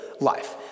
life